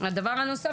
הדבר הנוסף